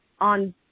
on